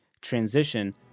transition